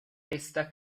esta